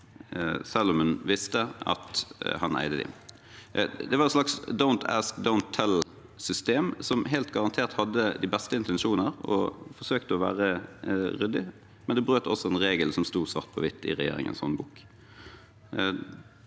selv om hun visste at han eide dem. Det var et slags «don’t ask, don’t tell»-system som helt garantert hadde de beste intensjoner og forsøkte å være ryddig, men det brøt en regel som sto svart på hvitt i regjeringens håndbok.